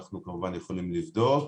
אנחנו כמובן יכולים לבדוק,